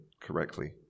correctly